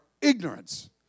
ignorance